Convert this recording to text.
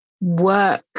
work